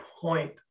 point